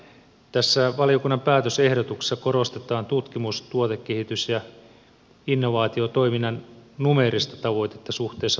tässä valiokunnan päätösehdotuksessa korostetaan tutkimus tuotekehitys ja innovaatiotoiminnan numeerista tavoitetta suhteessa bruttokansantuotteeseen